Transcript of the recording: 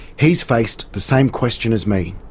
he's faced the same question as me.